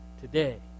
today